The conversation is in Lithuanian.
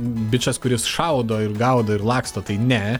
bičas kuris šaudo ir gaudo ir laksto tai ne